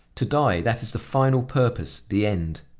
to die, that is the final purpose, the end.